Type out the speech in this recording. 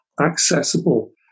accessible